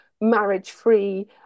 marriage-free